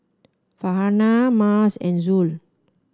Farhanah Mas and Zul